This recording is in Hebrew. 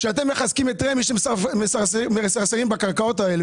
כשאתם מחזקים את רמ"י שמספסרים בקרקעות האלה,